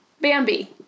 Bambi